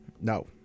No